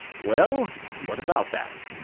well, what about that?